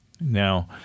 Now